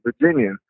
Virginia